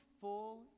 full